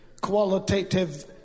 qualitative